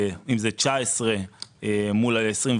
אם זה 2019 מול 2021,